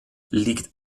liegt